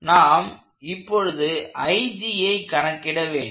நாம் இப்பொழுது ஐ கணக்கிட வேண்டும்